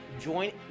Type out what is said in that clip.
join